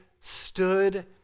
stood